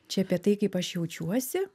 čia apie tai kaip aš jaučiuosi